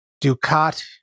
Ducat